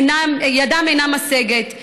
ידם אינה משגת,